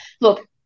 look